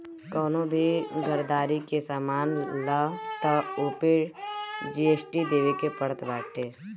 कवनो भी घरदारी के सामान लअ तअ ओपे जी.एस.टी देवे के पड़त बाटे